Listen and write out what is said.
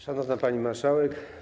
Szanowna Pani Marszałek!